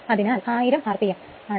അതായത് അത് 1000 rpm ആണ്